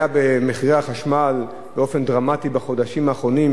אתה בסדר גמור, רק שמירי תלמד את התקנון.